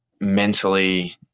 mentally